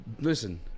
Listen